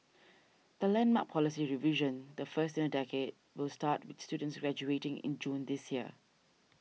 the landmark policy revision the first in a decade will start with students graduating in June this year